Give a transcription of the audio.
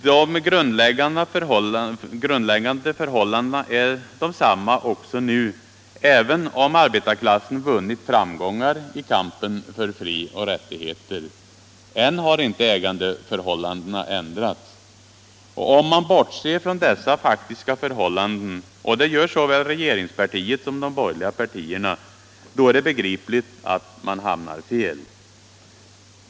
De grundläggande förhållandena är desamma också nu, även om arbetarklassen vunnit framgångar i kampen för frioch rättigheter. Än har inte ägandeförhållandena ändrats. Om man bortser från dessa faktiska förhållanden — och det gör såväl regeringspartiet som de borgerliga partierna — så är det begripligt att man hamnar fel.